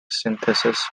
synthesis